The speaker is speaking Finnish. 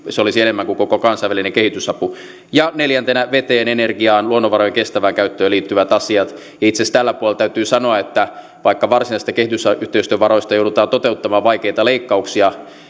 se olisi enemmän kuin koko kansainvälinen kehitysapu ja neljäntenä veteen energiaan luonnonvarojen kestävään käyttöön liittyvät asiat itse asiassa tällä puolella täytyy sanoa että vaikka varsinaisista kehitysyhteistyövaroista joudutaan toteuttamaan vaikeita leikkauksia